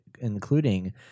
Including